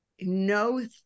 no